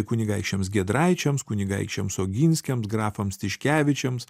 kunigaikščiams giedraičiams kunigaikščiams oginskiams grafams tiškevičiams